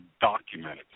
documented